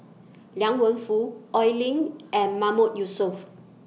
Liang Wenfu Oi Lin and Mahmood Yusof